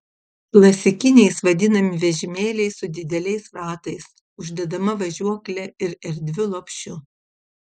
klasikiniais vadinami vežimėliai su dideliais ratais uždedama važiuokle ir erdviu lopšiu